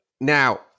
Now